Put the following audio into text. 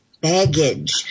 baggage